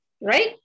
Right